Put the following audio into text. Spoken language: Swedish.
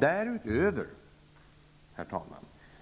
Därutöver